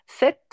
Sept